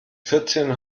vierzehn